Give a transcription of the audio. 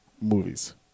movies